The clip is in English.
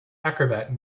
acrobat